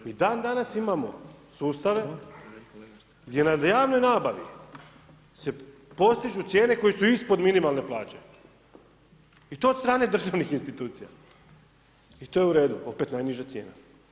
I dana danas imamo sustave gdje na javnoj nabavi se postižu se cijene koju su ispod minimalne plaće i to od strane državnih institucija i to je u redu, opet najniža cijena.